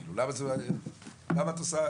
כאילו, למה את מגבילה את זה?